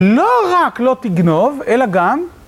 לא רק לא תגנוב, אלא גם...